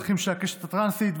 צרכים של הקשת הטרנסית,